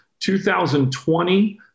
2020